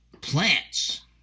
Plants